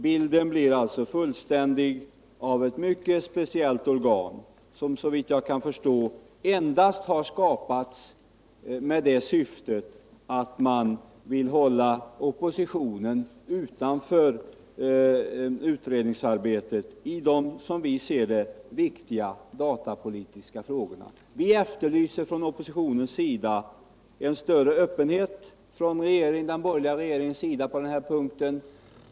Bilden blir då fullständig av ett mycket speciellt organ som såvitt jag kan förstå har skapats endast med syftet att hålla oppositionen utanför utredningsarbetet i de, som vi ser det, viktiga datapolitiska frågorna. Vi inom oppositionen efterlyser större öppenhet från den borgerliga regeringens sida på den här punkten.